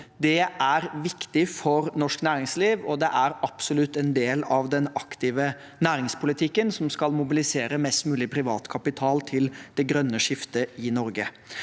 Det er viktig for norsk næringsliv, og det er absolutt en del av den aktive næringspolitikken som skal mobilisere mest mulig privat kapital til det grønne skiftet i Norge.